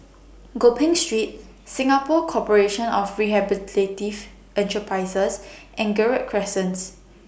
Gopeng Street Singapore Corporation of Rehabilitative Enterprises and Gerald Crescent